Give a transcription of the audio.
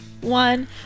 one